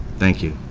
thank you.